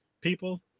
people